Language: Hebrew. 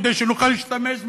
כדי שנוכל להשתמש בה,